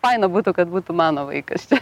faina būtų kad būtų mano vaikas čia